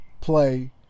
play